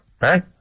Right